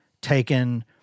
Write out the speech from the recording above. taken